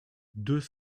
deux